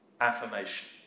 affirmation